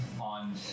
on